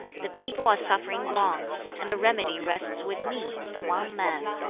the people are suffering wrongs, and the remedy rests with me the one man.